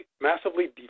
massively